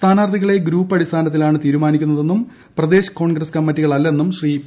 സ്ഥാനാർത്ഥികളെ ഗ്രൂപ്പടിസ്ഥാനത്തിലാണ് തീരുമാനിക്കുന്നതെന്നും പ്രദേശ് കോൺഗ്രസ് കമ്മിറ്റികളല്ലെന്നും ശ്രീ പി